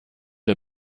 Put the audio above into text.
der